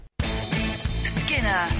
Skinner